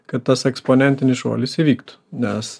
kad tas eksponentinis šuolis įvyktų nes